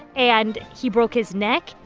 and he broke his neck,